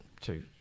two